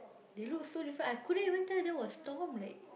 they look so different I couldn't even tell that was Tom like